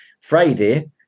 Friday